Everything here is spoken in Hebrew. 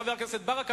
חבר הכנסת ברכה,